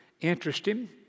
Interesting